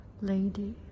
lady